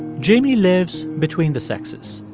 jamie lives between the sexes.